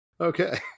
okay